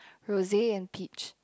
rose and peach